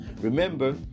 remember